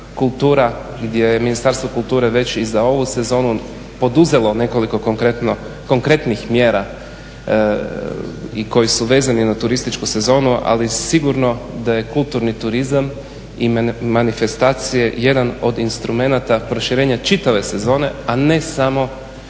kultura gdje je Ministarstvo kulture već i za ovu sezonu poduzelo nekoliko konkretnih mjera i koji su vezani na turističku sezonu, ali sigurno da je kulturni turizam i manifestacije jedan od instrumenata proširenja čitave sezone, a ne samo